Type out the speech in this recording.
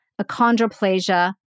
achondroplasia